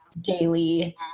daily